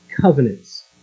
covenants